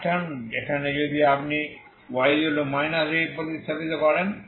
এখন এখানে যদি আপনি y y প্রতিস্থাপিত করেন